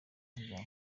jan